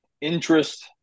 interest